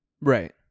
right